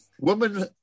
Woman